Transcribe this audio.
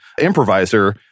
improviser